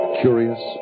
curious